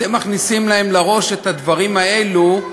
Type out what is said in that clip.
אתם מכניסים להם לראש את הדברים האלו.